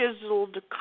chiseled